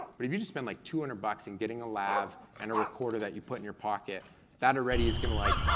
but if you spend like two hundred bucks and getting a lav and a recorder that you put in your pocket that already is gonna like,